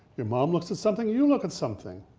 your mom looks at something, you look at something.